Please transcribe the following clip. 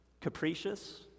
capricious